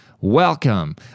welcome